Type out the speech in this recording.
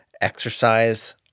exercise –